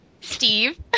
Steve